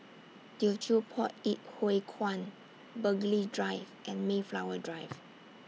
Teochew Poit Ip Huay Kuan Burghley Drive and Mayflower Drive